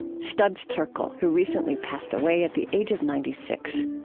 studs terkel, who recently passed away at the age of ninety six.